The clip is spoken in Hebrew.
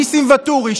ניסים ואטורי,